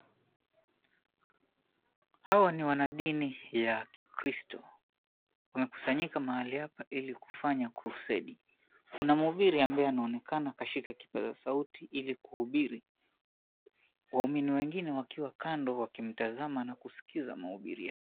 Hawa ni wanadini ya kikristo. Wamekusanyika mahali hapa ili kufanya krusedi. Kuna mhubiri anayeonekana kashika kipaza sauti ili kuhubiri, waumini wengine wakiwa kando wakimtazama na kuskiza mahubiri yake.